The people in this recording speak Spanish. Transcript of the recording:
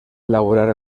elaborar